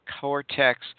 cortex